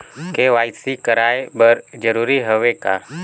KYC कराय बर जरूरी हवे का?